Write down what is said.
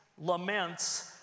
laments